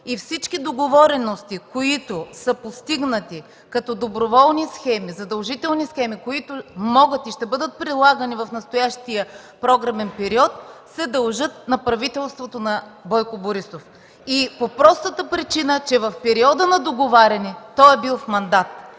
Всички договорености, които са постигнати като доброволни схеми, задължителни схеми, които могат и ще бъдат прилагани в настоящия програмен период, се дължат на правителството на Бойко Борисов по простата причина, че в периода на договарянето е бил в мандат.